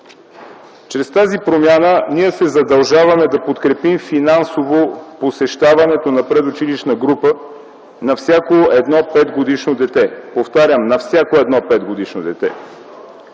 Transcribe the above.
Чрез тази промяна ние се задължаваме да подкрепим финансово посещаването на предучилищна група на всяко петгодишно дете, повтарям – на всяко едно петгодишно дете.